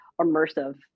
immersive